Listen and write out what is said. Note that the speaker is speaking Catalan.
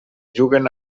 juguen